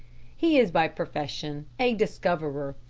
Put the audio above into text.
he is by profession a discoverer.